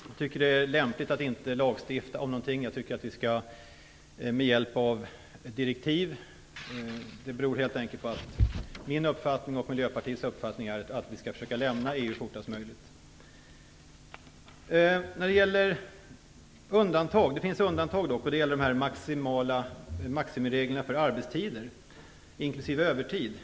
Jag tycker att det är lämpligt att inte lagstifta om någonting med hjälp av ett direktiv. Det beror helt enkelt på att det är min och Miljöpartiets uppfattning att vi skall försöka lämna EU fortast möjligt. Det finns dock undantag, och det gäller maximireglerna för arbetstider inklusive övertid.